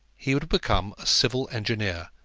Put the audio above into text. he would become a civil engineer,